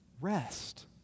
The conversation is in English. rest